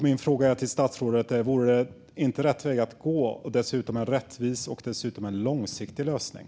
Min fråga till statsrådet är: Vore det inte rätt väg att gå? Dessutom skulle det vara en rättvis och långsiktig lösning.